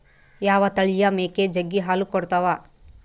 ಯಾವ ತಳಿಯ ಮೇಕೆ ಜಗ್ಗಿ ಹಾಲು ಕೊಡ್ತಾವ?